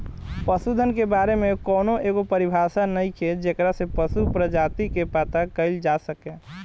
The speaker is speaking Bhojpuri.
पशुधन के बारे में कौनो एगो परिभाषा नइखे जेकरा से पशु प्रजाति के पता कईल जा सके